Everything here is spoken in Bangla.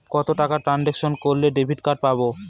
কত টাকা ট্রানজেকশন করলে ক্রেডিট কার্ড পাবো?